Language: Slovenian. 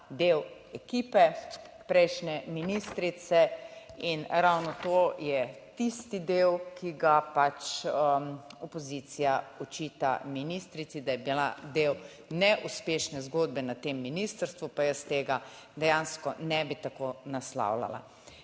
del ekipe prejšnje ministrice in ravno to je tisti del, ki ga pač opozicija očita ministrici, da je bila del neuspešne zgodbe na tem ministrstvu, pa jaz tega dejansko ne bi tako naslavljala.